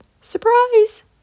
surprise